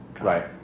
right